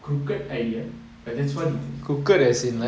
crooked idea but that's what he thinks